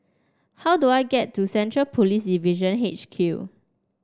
how do I get to Central Police Division H Q